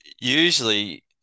usually